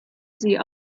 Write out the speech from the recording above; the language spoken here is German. sie